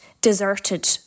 deserted